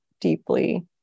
deeply